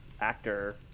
actor